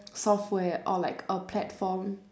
software or like a platform